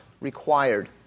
required